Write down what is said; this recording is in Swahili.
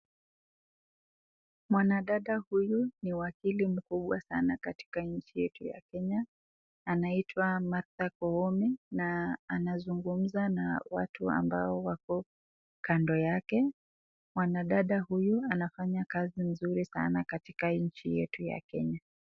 Mwanadada huyu ni wakili mkubwa sana katika nchi yetu ya Kenya, anaitwa Martha Koome na anazungumza na watu ambao wako kando yake. Mwandada huyu anafanya kazi nzuri sana katika nchi yetu ya Kenya,.